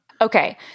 Okay